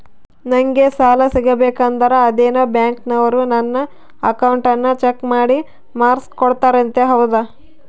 ನಂಗೆ ಸಾಲ ಸಿಗಬೇಕಂದರ ಅದೇನೋ ಬ್ಯಾಂಕನವರು ನನ್ನ ಅಕೌಂಟನ್ನ ಚೆಕ್ ಮಾಡಿ ಮಾರ್ಕ್ಸ್ ಕೊಡ್ತಾರಂತೆ ಹೌದಾ?